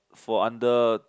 for under